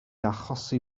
achosi